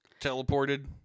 teleported